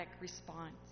response